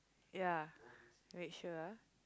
ya make sure